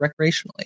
recreationally